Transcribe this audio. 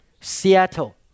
Seattle